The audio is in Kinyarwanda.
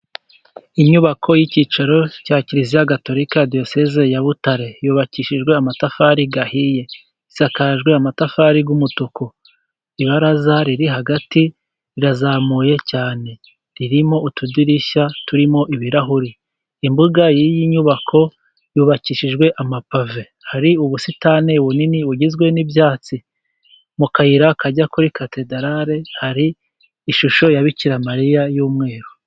Inyubako y'icyicaro cya kiliziya gatolika diyoseze ya Butare yubakishijwe amatafari ahiye isakajwe amatafari y'umutuku ibaraza riri hagati rirazamuye cyane ririmo utudirishya turimo ibirahuri. Imbuga y'iyi nyubako yubakishijwe amapave hari ubusitani bunini bugizwe n'ibyatsi mu kayira kajya kuri katedarale hari ishusho ya Bikiramariya y'umweru.